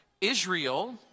Israel